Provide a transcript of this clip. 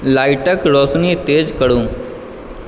लाइटक रोशनी तेज करू